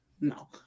no